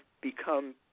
become